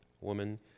Woman